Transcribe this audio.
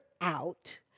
out